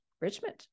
Richmond